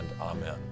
amen